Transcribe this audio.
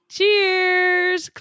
Cheers